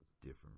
different